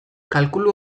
kalkulu